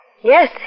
Yes